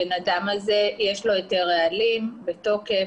לבן אדם הה יש היתר רעלים בתוקף.